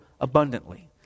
abundantly